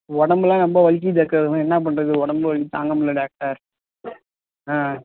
உடம்புலாம் ரொம்ப வலிக்குது டாக்டர் என்ன பண்றது உடம்பு வலி தாங்கமுடில டாக்டர் ஆ